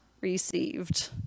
received